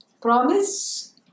promise